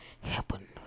happen